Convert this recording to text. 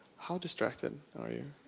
how distracted are you?